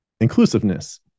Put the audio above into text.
inclusiveness